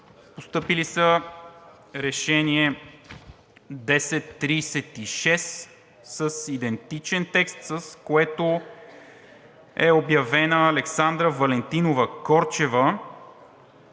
постъпили: Решение № 1036-НС, с идентичен текст, с което е обявена Александра Валентинова Корчева